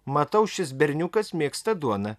matau šis berniukas mėgsta duoną